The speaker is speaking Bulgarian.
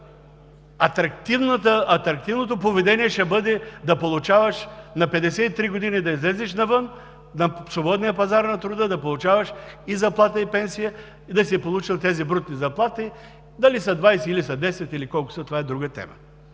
атрактивното поведение ще бъде – на 53 години да излезеш навън, на свободния пазар на труда, да получаваш и заплата, и пенсия, и да си получил тези брутни заплати – дали са 20 или са 10, или колкото са, това е друга тема.